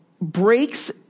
breaks